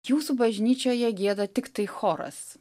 jūsų bažnyčioje gieda tiktai choras